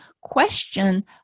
question